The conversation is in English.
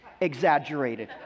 exaggerated